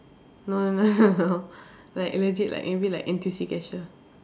no no no no like legit like maybe like N_T_U_C cashier